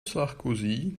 sarkozy